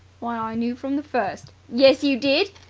why, i knew from the first. yes, you did!